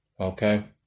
okay